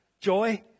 joy